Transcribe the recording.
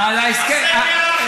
הסקר האחרון.